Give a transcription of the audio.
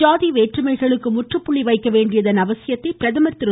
ஜாதிவேற்றுமைகளுக்கு முற்றுப்புள்ளி வைக்கவேண்டியதன் அவசியத்தை பிரதமர் திரு